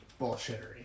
bullshittery